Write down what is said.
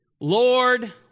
Lord